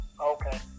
Okay